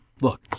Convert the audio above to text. look